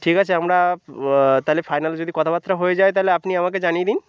ঠিক আছে আমরা তাহলে ফাইনাল যদি কথাবার্তা হয়ে যায় তাহলে আপনি আমাকে জানিয়ে দিন